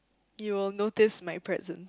you'll notice my present